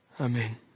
Amen